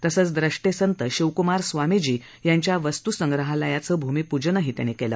तसंच द्रष्टे संत शिवक्मार स्वामीजी यांच्या वस्त्संग्रहालयांचं भूमीप्जनही केलं